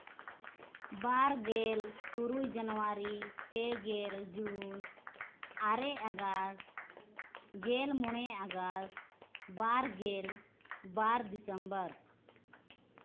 ᱵᱟᱨ ᱜᱮᱞ ᱛᱩᱨᱩᱭ ᱡᱟᱹᱱᱩᱣᱟᱨᱤ ᱯᱮ ᱜᱮᱞ ᱡᱩᱱ ᱟᱨᱮ ᱟᱜᱚᱥᱴ ᱜᱮᱞ ᱢᱚᱬᱮ ᱟᱜᱚᱥᱴ ᱵᱟᱨ ᱜᱮᱞ ᱵᱟᱨ ᱰᱤᱥᱮᱢᱵᱚᱨ